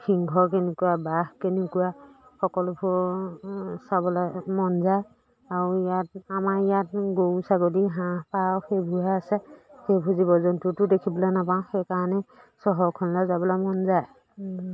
সিংহ কেনেকুৱা বাঘ কেনেকুৱা সকলোবোৰ চাবলৈ মন যায় আৰু ইয়াত আমাৰ ইয়াত গৰু ছাগলী হাঁহ পাৰ সেইবোৰহে আছে সেইবোৰ জীৱ জন্তু দেখিবলৈ নাপাওঁ সেইকাৰণে চহৰখনলৈ যাবলৈ মন যায়